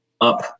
up